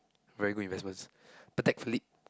very good investments Patek-Philippe